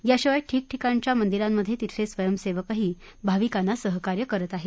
याशिवाय ठिकठिकाणच्या मंदिरांध्ये तिथले स्वयंसेवकही भाविकांना सहकार्य करताना दिसत आहेत